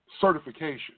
Certification